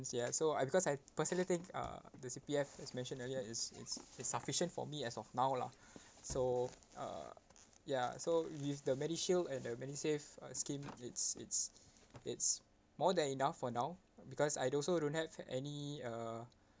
ya so I because I personally think uh the C_P_F as mentioned earlier is is is sufficient for me as of now lah so uh ya so with the MediShield and the MediSave uh scheme it's it's it's more than enough for now because I also don't have any uh